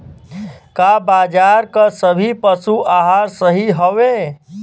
का बाजार क सभी पशु आहार सही हवें?